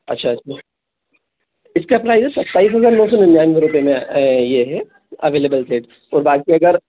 अच्छा इसका प्राइस है सत्ताईस हज़ार नौ सौ निन्यानवे रुपए में ये है अवेलेबल है और बाकि अगर